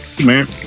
man